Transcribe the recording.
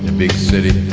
big city.